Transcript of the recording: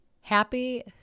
Happy